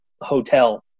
hotel